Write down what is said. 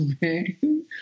man